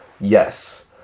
Yes